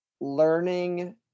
learning